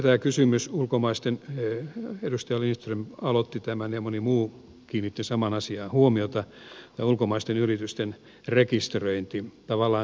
sitten kysymys edustaja lindström aloitti tämän ja moni muu kiinnitti samaan asiaan huomiota ulkomaisten yritysten rekisteröinnistä